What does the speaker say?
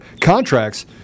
contracts